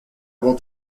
will